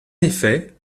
effet